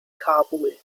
kabul